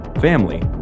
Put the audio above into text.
family